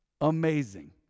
Amazing